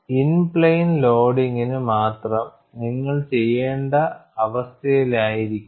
in plane ലോഡിംഗിന് മാത്രം നിങ്ങൾ ചെയ്യേണ്ട അവസ്ഥയിലായിരിക്കും